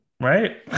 Right